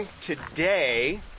today